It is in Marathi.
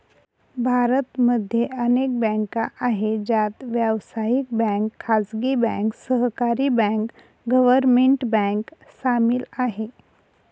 भारत मध्ये अनेक बँका आहे, ज्यात व्यावसायिक बँक, खाजगी बँक, सहकारी बँक, गव्हर्मेंट बँक सामील आहे